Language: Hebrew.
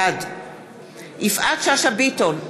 בעד יפעת שאשא ביטון,